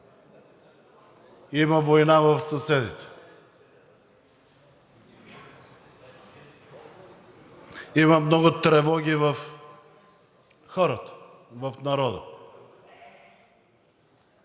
Има война в съседите. Има много тревоги в хората, в народа.